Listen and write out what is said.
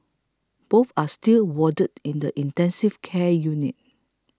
both are still warded in the intensive care unit